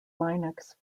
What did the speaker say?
linux